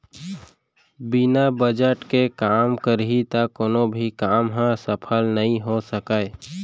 बिना बजट के काम करही त कोनो भी काम ह सफल नइ हो सकय